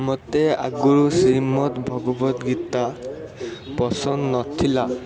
ମୋତେ ଆଗରୁ ଶ୍ରୀମଦ୍ ଭଗବତ ଗୀତା ପସନ୍ଦ ନଥିଲା